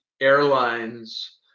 airlines